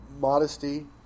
modesty